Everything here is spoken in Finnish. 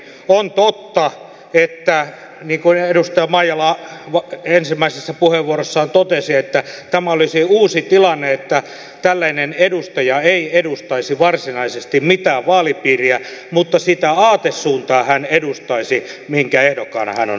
on totta niin kuin edustaja maijala ensimmäisessä puheenvuorossaan totesi että tämä olisi uusi tilanne että tällainen edustaja ei edustaisi varsinaisesti mitään vaalipiiriä mutta sitä aatesuuntaa hän edustaisi minkä ehdokkaana hän on ollut